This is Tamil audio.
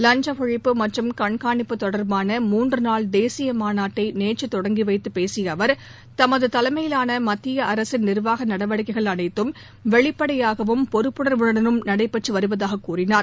லஞ்ச ஒழிப்பு மற்றும் கண்காணிப்பு தொடர்பான மூன்றுநாள் தேசிய மாநாட்டை நேற்று தொடங்கி வைத்துப் பேசிய அவர் தமது தலைமையிலான மத்திய அரசின் நிர்வாக நடவடிக்கைகள் அனைத்தும் வெளிப்படையாகவும் பொறுப்புணர்வுடனும் நடைபெற்று வருவதாகக் கூறினார்